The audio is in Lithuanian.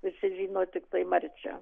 visi žino tiktai marčią